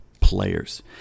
players